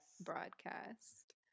broadcast